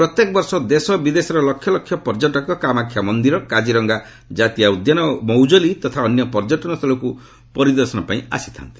ପ୍ରତ୍ୟେକ ବର୍ଷ ଦେଶ ଓ ବିଦେଶର ଲକ୍ଷ ଲକ୍ଷ ପର୍ଯ୍ୟଟକ କାମାକ୍ଷା ମନ୍ଦିର କାଜିରଙ୍ଗା ଜାତୀୟ ଉଦ୍ୟାନ ଓ ମୌକଲି ତଥା ଅନ୍ୟାନ୍ୟ ପର୍ଯ୍ୟଟନ ସ୍ଥଳକୁ ପରିଦର୍ଶନରେ ପାଇଁ ଆସନ୍ତି